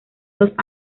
dos